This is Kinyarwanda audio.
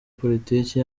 politike